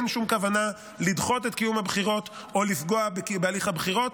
אין שום כוונה לדחות את קיום הבחירות או לפגוע בהליך הבחירות.